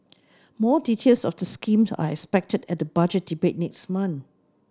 more details of the scheme are expected at the Budget Debate next month